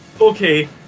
Okay